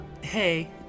Hey